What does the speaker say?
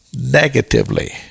negatively